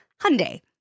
Hyundai